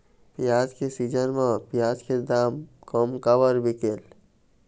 प्याज के सीजन म प्याज के दाम कम काबर बिकेल?